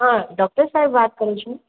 હા ડોક્ટર સાહેબ વાત કરો છો